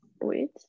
wait